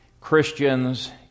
Christians